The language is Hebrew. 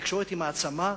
התקשורת היא מעצמה,